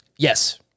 Yes